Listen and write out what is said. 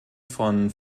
von